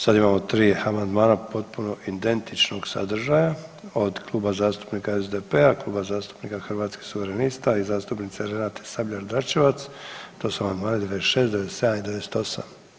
Sada imamo 3 amandmana potpuno identičnog sadržaja od Kluba zastupnika SDP-a, Kluba zastupnika Hrvatskih suverenista i zastupnice Renate Sabljar Dračevac, to su amandmani 96., 97. i 98.